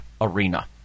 arena